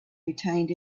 retained